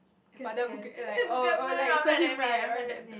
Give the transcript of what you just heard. padam muka like oh oh like serve him right right